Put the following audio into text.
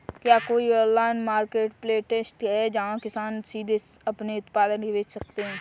क्या कोई online marketplace है जहाँ किसान सीधे अपने उत्पाद बेच सकते हैं?